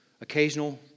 occasional